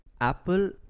Apple